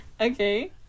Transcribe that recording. Okay